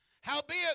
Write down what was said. Howbeit